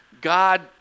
God